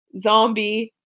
Zombie